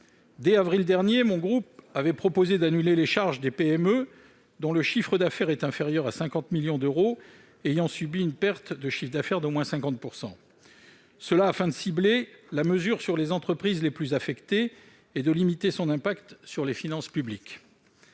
Dès avril dernier, mon groupe avait proposé d'annuler les charges des PME dont le chiffre d'affaires est inférieur à 50 millions d'euros ayant subi une perte de chiffre d'affaires d'au moins 50 %, cela afin de cibler la mesure sur les entreprises les plus affectées et de limiter son impact sur les finances publiques.